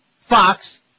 Fox